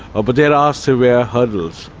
but there are severe hurdles.